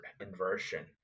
inversion